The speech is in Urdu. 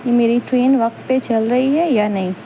یہ میری ٹرین وقت پہ چل رہی ہے یا نہیں